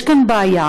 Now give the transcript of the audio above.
יש כאן בעיה,